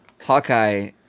Hawkeye